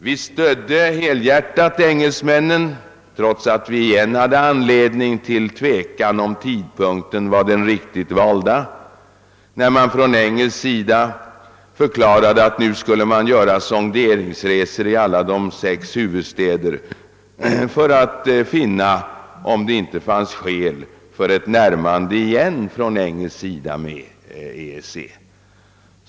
Vi stödde helhjärtat engelsmännen, trots att vi åter hade anledning hysa tvivel om huruvida tidpunkten var riktigt vald, när eng elsmännen förklarade att de skulle göra sonderingar i de sex huvudstäderna för att finna om det var lämpligt med ett nytt engelskt närmande till EEC.